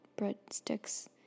breadsticks